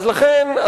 לכן,